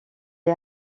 est